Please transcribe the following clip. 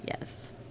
Yes